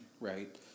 right